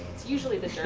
it's usually the